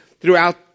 throughout